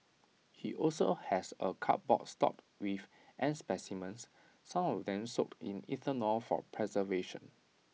he also has A cupboard stocked with ant specimens some of them soaked in ethanol for preservation